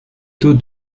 taux